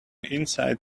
insight